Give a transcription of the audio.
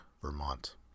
Vermont